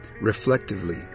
reflectively